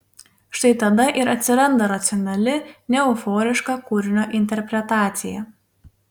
štai tada ir atsiranda racionali neeuforiška kūrinio interpretacija